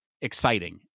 exciting